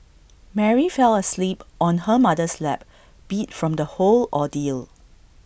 Mary fell asleep on her mother's lap beat from the whole ordeal